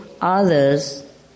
others